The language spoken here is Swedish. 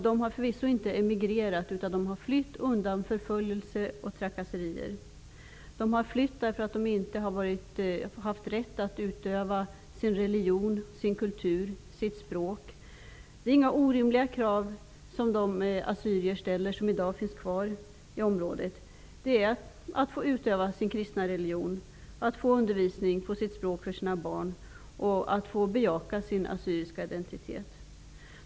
De har förvisso inte emigrerat, utan de har flytt undan förföljelse och trakasserier. De har flytt därför att de inte har haft rätt att utöva sin religion, sin kultur och sitt språk. De assyrier som i dag finns kvar i området ställer inga orimliga krav. De kräver att de skall få utöva sin kristna religion, att barnen skall få undervisning på sitt språk och att de skall få bejaka sin assyriska identitet.